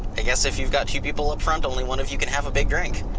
i guess if you've got two people up front, only one of you can have a big drink.